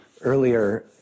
Earlier